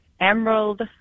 Emerald